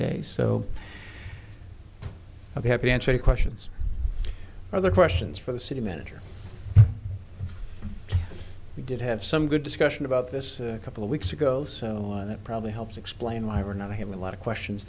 day so i'll be happy and take questions are the questions for the city manager we did have some good discussion about this a couple of weeks ago so that probably helps explain why we're not i have a lot of questions